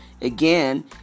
Again